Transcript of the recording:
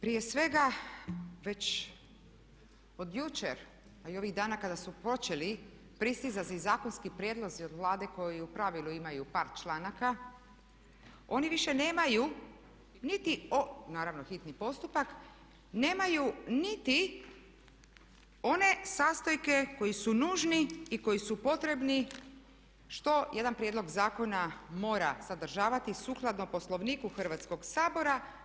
Prije svega već od jučer a i ovih dana kada su počeli pristizati zakonski prijedlozi od Vlade koji u pravilu imaju par članaka oni više nemaju niti, naravno hitni postupak, nemaju niti one sastojke koji su nužni i koji su potrebni što jedan prijedlog zakona mora sadržavati sukladno Poslovniku Hrvatskog sabora.